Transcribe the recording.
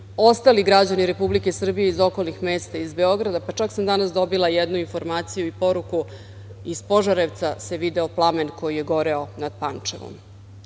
ostali građani Republike Srbije iz okolnih mesta iz Beograda, pa čak sam danas dobila jednu informaciju i poruku, iz Požarevca se video plamen koji je goreo nad Pančevom. Pančevo